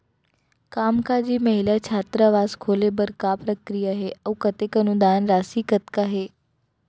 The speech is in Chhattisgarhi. कामकाजी महिला छात्रावास खोले बर का प्रक्रिया ह अऊ कतेक अनुदान राशि कतका हे?